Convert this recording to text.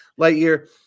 Lightyear